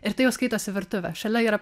ir tai jau skaitosi virtuvė šalia yra